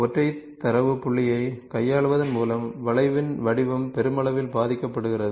ஒற்றை தரவு புள்ளியைக் கையாளுவதன் மூலம் வளைவின் வடிவம் பெருமளவில் பாதிக்கப்படுகிறது